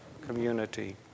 community